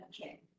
Okay